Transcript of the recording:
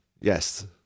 Yes